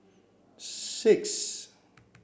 six